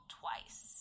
twice